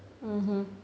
mmhmm